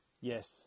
Yes